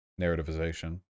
narrativization